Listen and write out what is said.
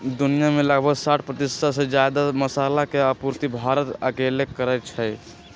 दुनिया में लगभग साठ परतिशत से जादा मसाला के आपूर्ति भारत अकेले करई छई